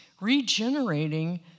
regenerating